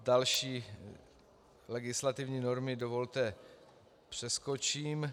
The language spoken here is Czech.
Další legislativní normy, dovolte, přeskočím.